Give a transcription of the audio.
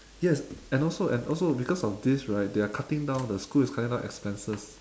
yes and also and also because of this right they are cutting down the school is cutting down expenses